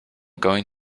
going